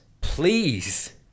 Please